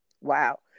wow